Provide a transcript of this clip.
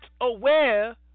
aware